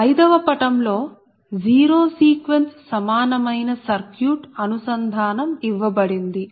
5 వ పటం లో జీరో సీక్వెన్స్ సమానమైన సర్క్యూట్ అనుసంధానం ఇవ్వబడింది